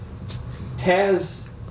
Taz